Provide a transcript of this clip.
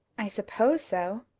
i suppose so,